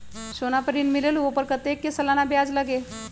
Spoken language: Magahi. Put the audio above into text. सोना पर ऋण मिलेलु ओपर कतेक के सालाना ब्याज लगे?